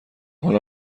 حالا